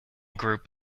group